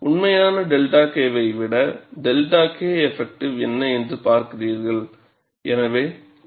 உண்மையான 𝜹 Kவை விட 𝜹 Kஎஃபக்ட்டிவ் என்ன என்று பார்க்கிறீர்கள்